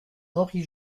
henri